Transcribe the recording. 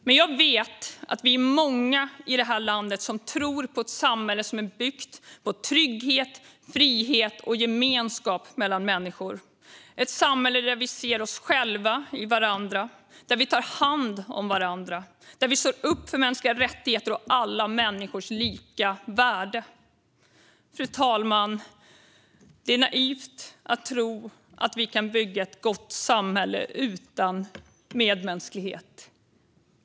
Men jag vet att vi är många i detta land som tror på ett samhälle som är byggt på trygghet, frihet och gemenskap mellan människor, ett samhälle där vi ser oss själva i varandra, där vi tar hand om varandra, där vi står upp för mänskliga rättigheter och alla människors lika värde. Fru talman! Det är naivt att tro att vi kan bygga ett gott samhälle utan medmänsklighet.